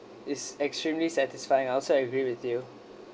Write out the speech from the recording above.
is extremely satisfying I also agree with you